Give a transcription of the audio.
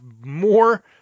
more